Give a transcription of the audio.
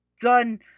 done